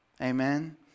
Amen